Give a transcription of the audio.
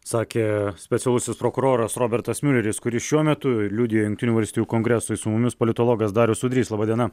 sakė specialusis prokuroras robertas miuleris kuris šiuo metu liudija jungtinių valstijų kongresui su mumis politologas darius udrys laba diena